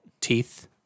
Teeth